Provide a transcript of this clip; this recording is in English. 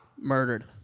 murdered